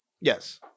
Yes